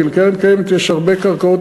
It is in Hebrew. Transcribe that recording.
כי לקרן-קיימת יש הרבה קרקעות,